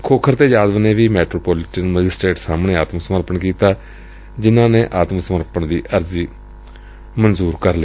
ਖੋਖਰ ਅਤੇ ਯਾਦਵ ਨੇ ਵੀ ਮੈਟਰੋਪੋਲੀਟਨ ਮੈਜਿਸਟਰੇਟ ਸਾਹਮਣੇ ਆਤਮ ਸਮਰਪਣ ਕੀਤਾ ਜਿਨਾਂ ਨੇ ਆਤਮ ਸਮਰਪਣ ਦੀ ਅਰਜ਼ੀ ਮਨਜੁਰ ਕਰ ਲਈ